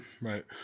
right